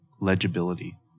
legibility